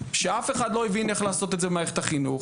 כשאף אחד לא הבין איך לעשות את זה במערכת החינוך.